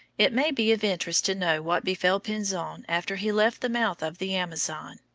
it may be of interest to know what befell pinzon after he left the mouth of the amazon.